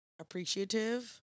appreciative